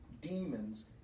demons